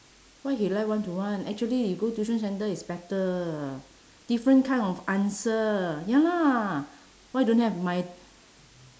why he like one to one actually you go tuition centre is better different kind of answer ya lah why don't have my